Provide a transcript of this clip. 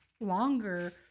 longer